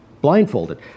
Blindfolded